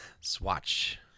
Swatch